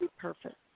perfect.